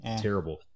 Terrible